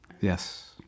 Yes